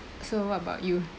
so what about you